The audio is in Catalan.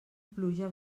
pluja